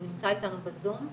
הוא נמצא איתנו בזום.